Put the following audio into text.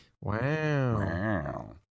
Wow